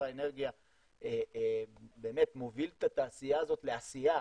האנרגיה באמת מוביל את התעשייה הזו לעשייה,